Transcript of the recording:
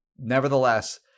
Nevertheless